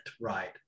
right